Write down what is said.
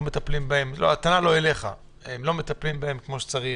לא מטפלים בהם כמו שצריך.